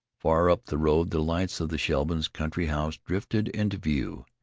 far up the road the lights of the shevlins' country house drifted into view,